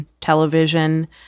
television